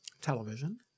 television